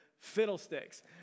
Fiddlesticks